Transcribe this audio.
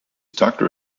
doctor